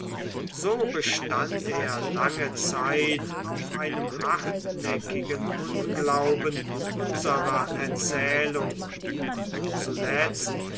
so bestand er lange zeit auf einem hartnäckigen unglauben unserer erzählung und zuletzt